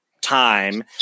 time